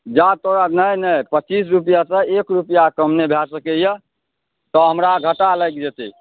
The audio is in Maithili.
जा तोरा नहि नहि पच्चीस रुपैआसँ एक रुपैआ कम भऽ सकैए तऽ हमरा घाटा लागि जेतै